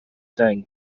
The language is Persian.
زنگ